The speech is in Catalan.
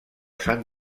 sant